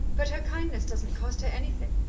but her kindness doesn't cost her anything.